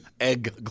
Egg